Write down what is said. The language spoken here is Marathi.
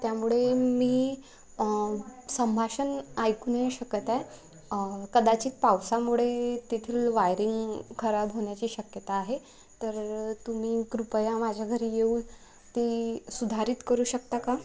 त्यामुळे मी संभाषण ऐकू नाही शक्यता आहे कदाचित पावसामुळे तेथील वायरिंग खराब होण्याची शक्यता आहे तर तुम्ही कृपया माझ्या घरी येऊन ते सुधारित करू शकता का